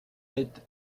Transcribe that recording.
êtes